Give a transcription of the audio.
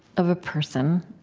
of a person,